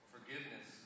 Forgiveness